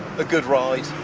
a good ride.